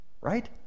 right